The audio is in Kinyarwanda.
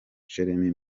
jeremy